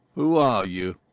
who are you?